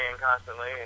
constantly